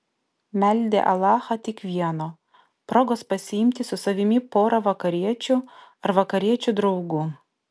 meldė alachą tik vieno progos pasiimti su savimi porą vakariečių ar vakariečių draugų